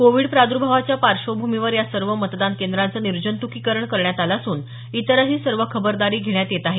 Covid प्रादुर्भावाच्या पार्श्वभूमीवर या सर्व मतदान केंद्रांचं निर्जंतुकीकरण करण्यात आलं असून इतरही सर्व खबरदारी घेण्यात येत आहे